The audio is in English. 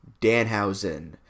Danhausen